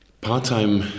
Part-time